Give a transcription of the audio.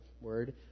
word